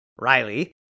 Riley